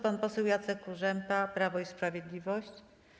Pan poseł Jacek Kurzępa, Prawo i Sprawiedliwość.